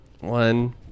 One